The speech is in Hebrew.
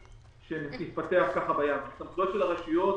ההתפתחויות של הרשויות